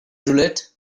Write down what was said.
roulette